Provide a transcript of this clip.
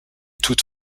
toute